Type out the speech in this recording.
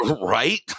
Right